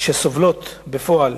שסובלות בפועל